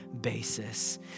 basis